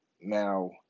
Now